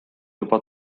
juba